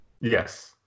Yes